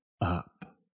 up